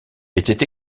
était